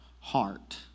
Heart